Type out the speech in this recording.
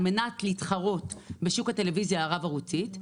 מנת להתחרות בשוק הטלוויזיה הרב-ערוצית,